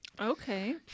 Okay